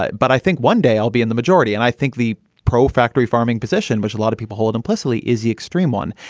but but i think one day i'll be in the majority. and i think the pro factory farming position, which a lot of people hold implicitly, is the extreme one.